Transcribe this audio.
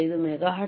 125 megahertz